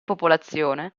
popolazione